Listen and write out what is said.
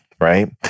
right